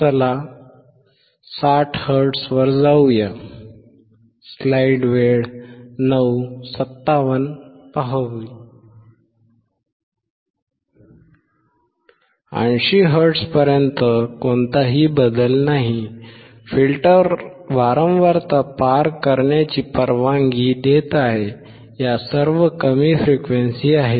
चला 60 हर्ट्झ वर जाऊया 80 हर्ट्झ पर्यंत कोणताही बदल नाही फिल्टर वारंवारता पार करण्याची परवानगी देत आहे या सर्व कमी फ्रिक्वेन्सी आहेत